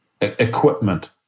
equipment